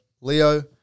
Leo